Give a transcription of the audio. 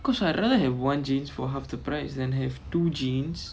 because I'd rather have one jeans for half the price then have two jeans